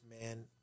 man